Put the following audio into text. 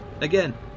Again